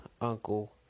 Uncle